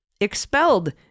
expelled